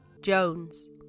Jones